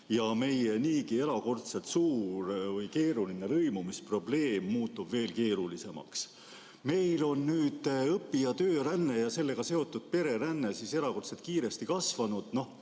ja meie niigi erakordselt suur või keeruline lõimumisprobleem muutub veel keerulisemaks. Meil on nüüd õpi- ja tööränne ja sellega seotud pereränne erakordselt kiiresti kasvanud.